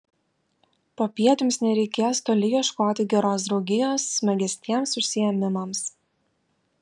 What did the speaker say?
popiet jums nereikės toli ieškoti geros draugijos smagesniems užsiėmimams